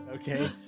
Okay